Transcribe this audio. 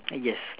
yes